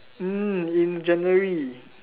mm in January